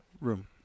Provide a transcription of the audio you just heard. room